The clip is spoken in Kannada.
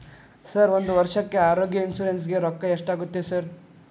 ಸರ್ ಒಂದು ವರ್ಷಕ್ಕೆ ಆರೋಗ್ಯ ಇನ್ಶೂರೆನ್ಸ್ ಗೇ ರೊಕ್ಕಾ ಎಷ್ಟಾಗುತ್ತೆ ಸರ್?